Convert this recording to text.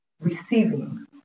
receiving